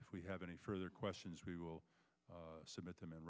if we have any further questions we will submit them in